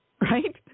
right